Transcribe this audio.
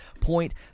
Point